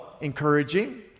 encouraging